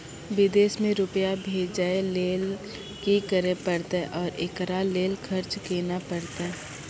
विदेश मे रुपिया भेजैय लेल कि करे परतै और एकरा लेल खर्च केना परतै?